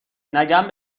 نگم